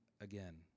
again